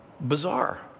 bizarre